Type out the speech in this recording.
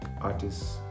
artists